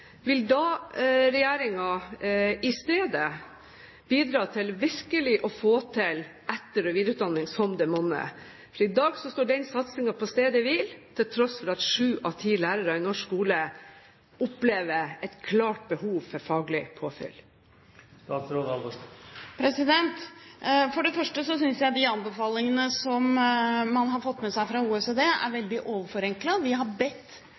vil regjeringen i stedet bidra til å få til etter- og videreutdanning så det virkelig monner? I dag står den satsingen på stedet hvil, til tross for at sju av ti lærere i norsk skole opplever et klart behov for faglig påfyll. For det første synes jeg de anbefalingene man har fått med seg fra OECD, er veldig overforenklet. Vi har bedt